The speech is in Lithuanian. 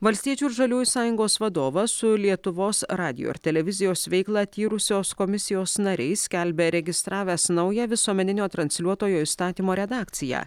valstiečių ir žaliųjų sąjungos vadovas su lietuvos radijo ir televizijos veiklą tyrusios komisijos nariais skelbia įregistravęs naują visuomeninio transliuotojo įstatymo redakciją